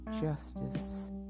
justice